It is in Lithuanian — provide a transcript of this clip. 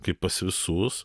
kaip pas visus